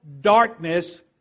darkness